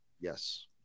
Yes